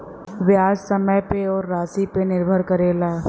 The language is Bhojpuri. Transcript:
बियाज समय पे अउर रासी पे निर्भर करेला